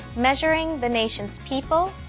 measuring the nation's people,